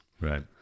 Right